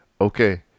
Okay